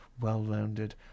well-rounded